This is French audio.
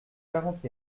quarante